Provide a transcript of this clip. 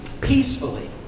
peacefully